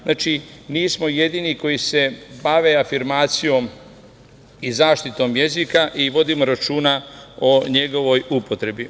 Znači, nismo jedini koji se bave afirmacijom i zaštitom jezika i vodimo računa o njegovoj upotrebi.